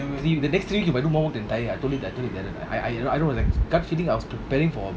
the next three to the three I told you told you darren I I know like gut feeling I was preparing for